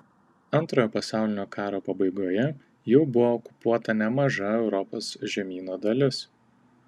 antrojo pasaulinio karo pabaigoje jau buvo okupuota nemaža europos žemyno dalis